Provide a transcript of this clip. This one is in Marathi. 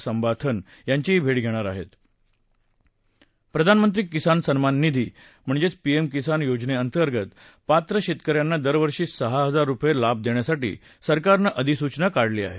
संबाथन यांचीही भट्टघणीर आहती प्रधानमंत्री किसान सम्मान निधी पीएम किसान योजनेअंतर्गत पात्र शेतकर्यांना दर वर्षी सहा हजार रुपये लाभ देण्यासाठी सरकारनं अधिसूचना काढली आहे